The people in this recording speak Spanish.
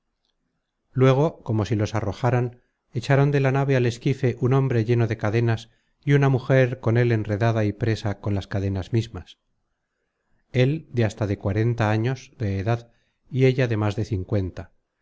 luego como si los arrojaran echaron de la nave al esquife un hombre lleno de cadenas y una mujer con él enredada y presa con las cadenas mismas él de hasta de cuarenta años de edad y ella de más de cincuenta